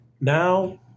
Now